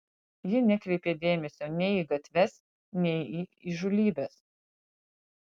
ji nekreipė dėmesio nei į gatves nei į įžūlybes